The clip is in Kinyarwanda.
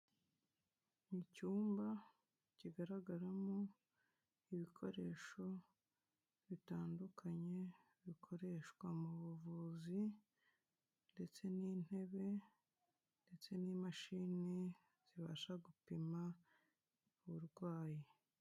Mu cyumba kigaragaramo ibikoresho bitandukanye bikoreshwa mu buvuzi ndetse n'intebe ndetse n'imashini zibasha gupima uburwayi.